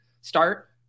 start